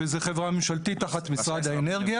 שזה חברה ממשלתית תחת משרד האנרגיה.